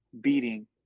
beating